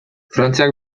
frantziak